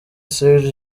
serge